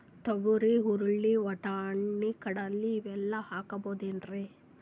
ತೊಗರಿ, ಹುರಳಿ, ವಟ್ಟಣಿ, ಕಡಲಿ ಇವೆಲ್ಲಾ ಹಾಕಬಹುದೇನ್ರಿ?